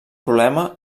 problema